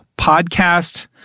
podcast